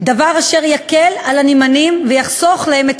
דבר אשר יקל על הנמענים ויחסוך להם את